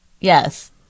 Yes